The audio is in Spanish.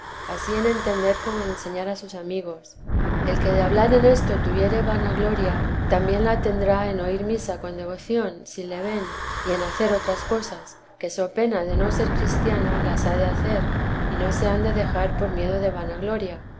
en entender como en enseñar a sus amigos el que de hablar en esto tuviere vanagloria también la tendrá en oír misa con devoción si le ven y en hacer otras cosas que so pena de no ser cristiano las ha de hacer y no se han de dejar por miedo de vanagloria